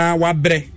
wabre